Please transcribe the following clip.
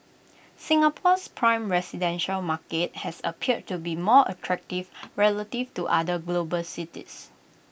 Singapore's prime residential market has appeared to be more attractive relative to other global cities